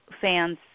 fans